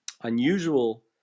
unusual